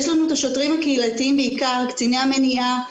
יש לנו את השוטרים הקהילתיים בעיקר, קציני המניעה.